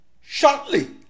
Shortly